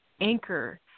anchor